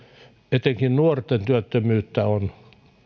etenkin nuorten työttömyyteen on